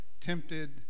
tempted